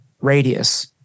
radius